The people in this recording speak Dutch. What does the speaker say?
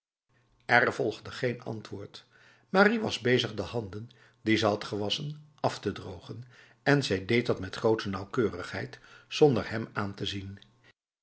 er volgde geen antwoord marie was bezig de handen die ze had gewassen af te drogen en zij deed dat met grote nauwkeurigheid zonder hem aan te zien